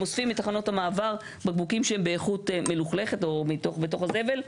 הם אוספים מתחנות המעבר בקבוקים שהם באיכות מלוכלכות או מתוך הזבל,